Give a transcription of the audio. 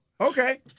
okay